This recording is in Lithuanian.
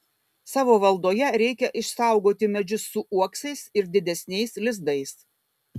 savo valdoje reikia išsaugoti medžius su uoksais ir didesniais lizdais